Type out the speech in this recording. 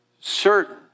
certain